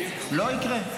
לא יקרה.